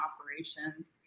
operations